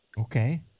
Okay